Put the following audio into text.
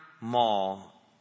mall